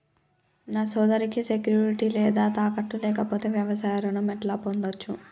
నా సోదరికి సెక్యూరిటీ లేదా తాకట్టు లేకపోతే వ్యవసాయ రుణం ఎట్లా పొందచ్చు?